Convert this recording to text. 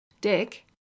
Dick